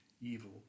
evil